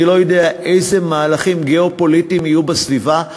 אני לא יודע איזה מהלכים גיאו-פוליטיים יהיו בסביבה,